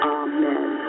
amen